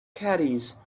caddies